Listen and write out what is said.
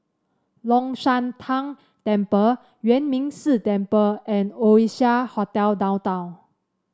Long Shan Tang Temple Yuan Ming Si Temple and Oasia Hotel Downtown